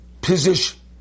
position